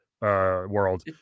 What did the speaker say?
World